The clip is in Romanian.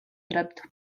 drept